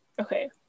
okay